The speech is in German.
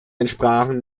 entsprachen